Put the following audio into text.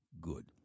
good